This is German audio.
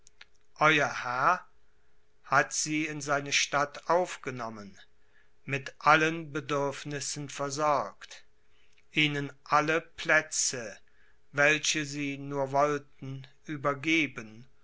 euer herr hat sie in seine staaten aufgenommen mit allen bedürfnissen versorgt ihnen alle plätze welche sie nur wollten übergeben